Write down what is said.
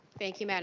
thank you mme. and